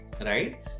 right